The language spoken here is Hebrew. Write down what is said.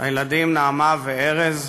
הילדים נעמה וארז,